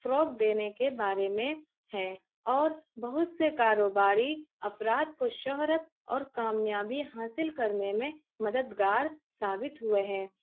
فروغ دینے کے بارے میں ہیں اور بہت سے کاروباری افراد کو شہرت اور کامیابی حاصل کرنے میں مددگار ثابت ہوئے ہیں